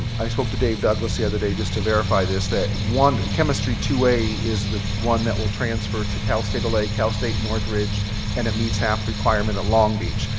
i spoke to dave douglas the other day just to verify this that one chemistry two a is the one that will transfer to cal state l a, cal state northridge and it meets half the requirement at long beach.